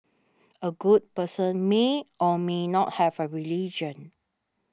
a good person may or may not have a religion